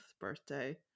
birthday